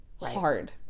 Hard